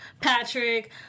Patrick